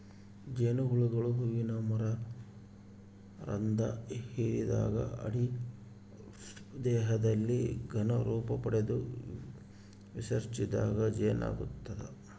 ಜೇನುಹುಳುಗಳು ಹೂವಿನ ಮಕರಂಧ ಹಿರಿದಾಗ ಅಡಿ ದೇಹದಲ್ಲಿ ಘನ ರೂಪಪಡೆದು ವಿಸರ್ಜಿಸಿದಾಗ ಜೇನಾಗ್ತದ